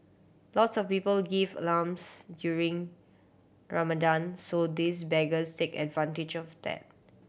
lots of people give alms during Ramadan so these beggars take advantage of that